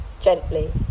gently